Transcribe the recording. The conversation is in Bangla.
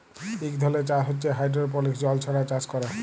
ইক ধরলের চাষ হছে হাইডোরোপলিক্স জল ছাড়া চাষ ক্যরে